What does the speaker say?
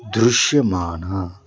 దృశ్యమాన